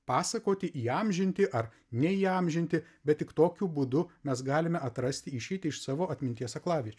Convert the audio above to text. pasakoti įamžinti ar neįamžinti bet tik tokiu būdu mes galime atrasti išeitį iš savo atminties aklaviečių